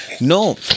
No